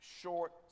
Short